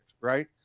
right